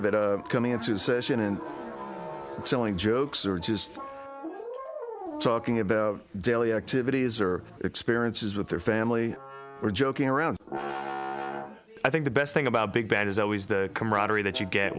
session and telling jokes or just talking about daily activities or experiences with their family or joking around i think the best thing about big band is always the camaraderie that you get